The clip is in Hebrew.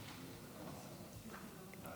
כבוד